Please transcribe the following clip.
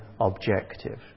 objective